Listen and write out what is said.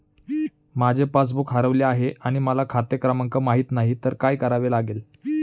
माझे पासबूक हरवले आहे आणि मला खाते क्रमांक माहित नाही तर काय करावे लागेल?